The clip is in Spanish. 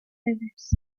breves